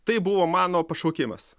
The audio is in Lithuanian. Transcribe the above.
tai buvo mano pašaukimas